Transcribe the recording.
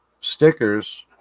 stickers